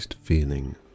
Feeling